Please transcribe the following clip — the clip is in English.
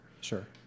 Sure